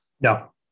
No